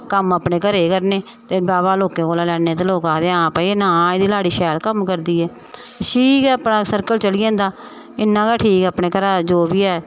कम्म अपने घरै दे करने ते वाह् वाह् लोकें कोला लैनी ते लोक आखदे हां भाई एह् नां एह्दी लाड़ी शैल कम्म करदी ऐ ठीक ऐ अपना सर्कल चली जंदा इन्ना गै ठीक ऐ अपने घरै दा जो बी ऐ